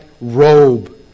robe